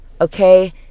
okay